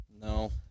No